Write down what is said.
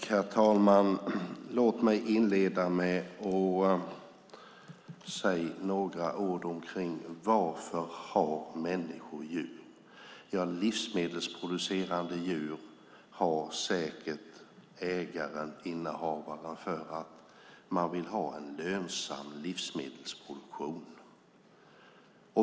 Herr talman! Jag vill först säga några ord om varför människor har djur. Livsmedelsproducerande djur har ägarna säkert för att de vill ha en lönsam livsmedelsproduktion.